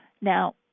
Now